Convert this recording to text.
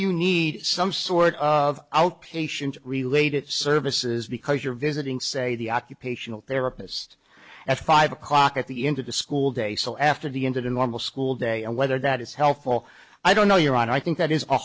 you need some sort of outpatient related services because you're visiting say the occupational therapist at five o'clock at the end of the school day so after the end of the normal school day and whether that is helpful i don't know your honor i think that is a